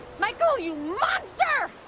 michael, you monster!